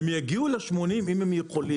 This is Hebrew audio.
הם יגיעו לשמונים שקלים אם הם יכולים.